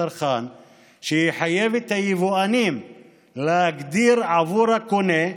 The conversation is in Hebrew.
הצרכן שיחייב את היבואנים להגדיר עבור הקונה,